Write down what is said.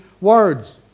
words